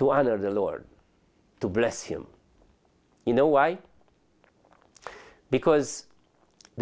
to honor the lord to bless him you know why because